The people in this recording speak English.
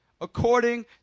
according